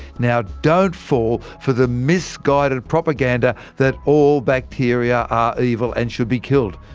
now don't fall for the misguided propaganda that all bacteria are evil, and should be killed.